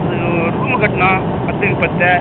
அதுக்கு ஒரு ரூம்மு கட்டணும் பத்துக்கு பத்து